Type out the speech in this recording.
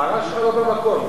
הערה שלא במקום.